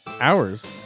hours